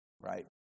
right